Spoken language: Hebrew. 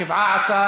התשע"ו 2016,